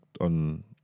on